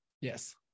Yes